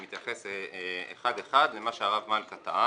אני מתייחס אחד אחד למה שהרב מלכא טען.